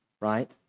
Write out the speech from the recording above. Right